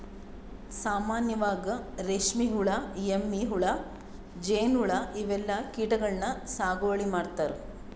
ಸಾಮಾನ್ಯವಾಗ್ ರೇಶ್ಮಿ ಹುಳಾ, ಎಮ್ಮಿ ಹುಳಾ, ಜೇನ್ಹುಳಾ ಇವೆಲ್ಲಾ ಕೀಟಗಳನ್ನ್ ಸಾಗುವಳಿ ಮಾಡ್ತಾರಾ